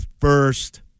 first